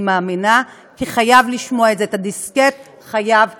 אני מאמינה כי הוא חייב לשמוע את זה: את הדיסקט חייב להחליף.